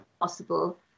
possible